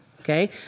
okay